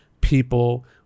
people